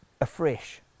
afresh